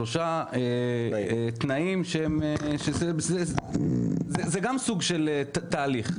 שלושה תנאים שזה גם סוג של תהליך.